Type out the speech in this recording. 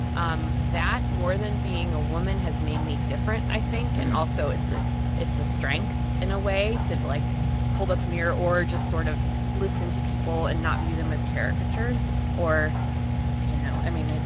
um that, more than being a woman, has made me different, i think. and also, it's a it's a strength in a way to like hold up a mirror or just sort of listen to people and not view them as caricatures or you know, i mean,